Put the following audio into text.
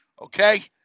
Okay